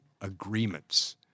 agreements